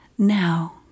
Now